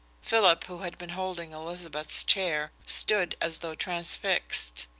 philip, who had been holding elizabeth's chair, stood as though transfixed.